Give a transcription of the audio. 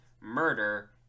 murder